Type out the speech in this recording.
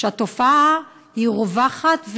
שהתופעה בהם רווחת,